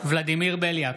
ולדימיר בליאק,